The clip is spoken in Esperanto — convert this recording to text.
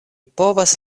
povas